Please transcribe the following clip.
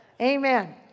Amen